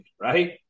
right